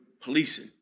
policing